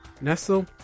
Nestle